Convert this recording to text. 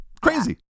Crazy